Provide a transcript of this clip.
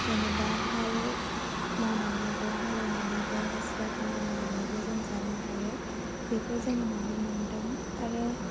जेनेबा हाल मावनानैबो हालेवनानैबो हाजिरा खामला मावनानैबो जों जानो हायो बेखौ जों नुनो मोन्दों आरो